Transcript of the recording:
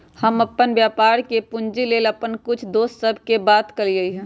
हम अप्पन व्यापार के पूंजी लेल अप्पन कुछ दोस सभ से बात कलियइ ह